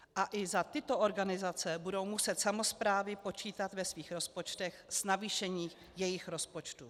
A i za tyto organizace budou muset samosprávy počítat ve svých rozpočtech s navýšením jejich rozpočtů.